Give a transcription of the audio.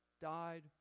died